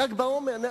ל"ג בעומר.